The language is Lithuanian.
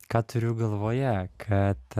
ką turiu galvoje kad